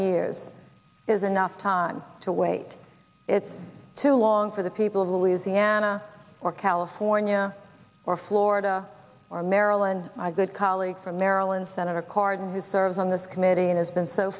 years is enough time to wait it's too long for the people of louisiana or california or florida or maryland good colleague from maryland senator cardin who serves on this committee and has been so